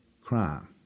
crime